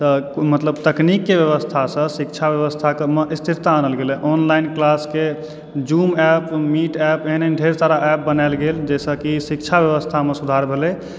तऽ मतलब तकनीकके व्यवस्थासँ शिक्षा व्यवस्थामऽ स्थिरता आनल गेलय ऑनलाइन क्लासके जूम एप्प मीट एप्प एहन एहन ढेर सारा एप्प बनायल गेल जाहिसँ कि शिक्षा व्यवस्थामऽ सुधार भेलय